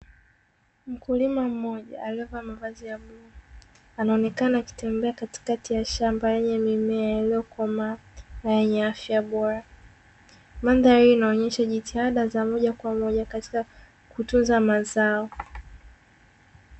Mkulima mmoja aliyevaa mavazi ya bluu, akionekana akitembea katikati ya shamba lenye mimea iliyo komaa na yenye afya bora, mandhari inaonyesha jitihada za moja kwa moja katika kutunza mazao.